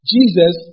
Jesus